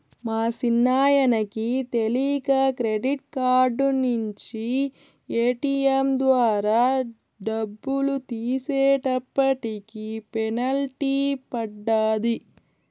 మా సిన్నాయనకి తెలీక క్రెడిట్ కార్డు నించి ఏటియం ద్వారా డబ్బులు తీసేటప్పటికి పెనల్టీ పడ్డాది